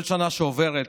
כל שנה שעוברת